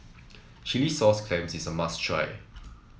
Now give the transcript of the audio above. Chilli Sauce Clams is a must try